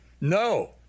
No